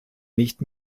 nicht